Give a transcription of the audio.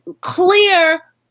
clear